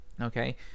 okay